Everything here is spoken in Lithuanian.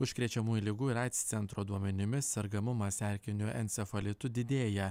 užkrečiamųjų ligų ir aids centro duomenimis sergamumas erkiniu encefalitu didėja